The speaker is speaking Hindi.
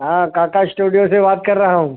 हाँ काका इस्टूडियो से बात कर रहा हूँ